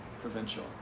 provincial